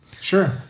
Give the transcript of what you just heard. Sure